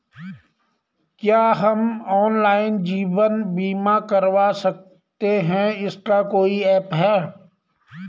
क्या हम ऑनलाइन जीवन बीमा करवा सकते हैं इसका कोई ऐप है?